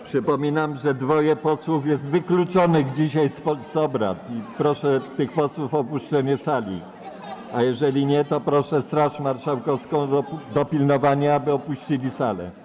Przypominam, że dwoje posłów jest wykluczonych dzisiaj z obrad, i proszę tych posłów o opuszczenie sali, a jeżeli nie, to proszę Straż Marszałkowską o dopilnowanie, aby ci posłowie opuścili salę.